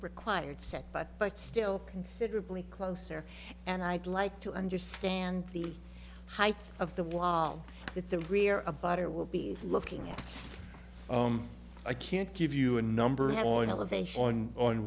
required set but but still considerably closer and i'd like to understand the height of the wall with the rear a better we'll be looking at i can't give you a number one elevation on on